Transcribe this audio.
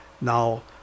Now